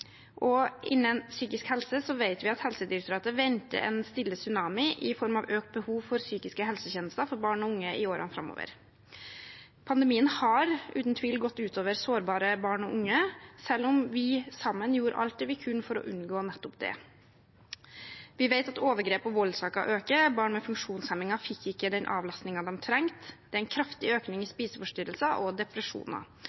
og innen psykisk helse vet vi at Helsedirektoratet venter en stille tsunami i form av økt behov for psykiske helsetjenester for barn og unge i årene framover. Pandemien har uten tvil gått ut over sårbare barn og unge, selv om vi sammen gjorde alt vi kunne for å unngå nettopp det. Vi vet at overgreps- og voldssaker øker, barn med funksjonshemninger har ikke fått den avlastningen de trenger, og det er en kraftig økning i